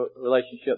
relationship